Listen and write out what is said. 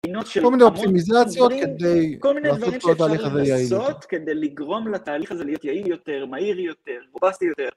פינות של המון דברים, כל מיני אופטימיזציות כדי לעשות את כל התהליך הזה יעיל. כל מיני דברים שאפשר לעשות כדי לגרום לתהליך הזה להיות יעיל יותר, מהיר יותר, בומבסטי יותר.